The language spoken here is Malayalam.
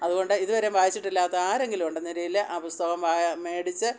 അതുകൊണ്ട് ഇതുവരെയും വായിച്ചിട്ടില്ലാത്ത ആരെങ്കിലും ഉണ്ടെന്ന രീതിയിൽ ആ പുസ്തകം മേടിച്ച്